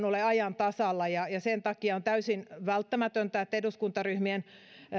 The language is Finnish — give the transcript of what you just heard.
ole ajan tasalla sen takia on täysin välttämätöntä että eduskuntaryhmien